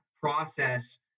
process